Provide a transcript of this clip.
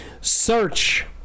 Search